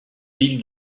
ville